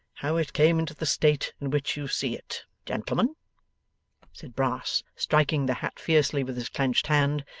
how it came into the state in which you see it. gentlemen said brass, striking the hat fiercely with his clenched hand,